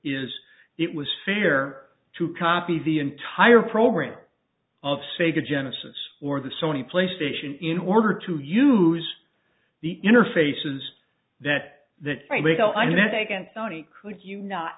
is it was fair to copy the entire program of sega genesis or the sony play station in order to use the interfaces that that